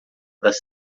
das